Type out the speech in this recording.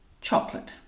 Chocolate